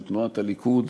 של תנועת הליכוד,